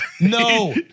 no